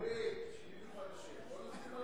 אורי, כבר שינינו את השם.